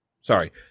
Sorry